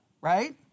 Right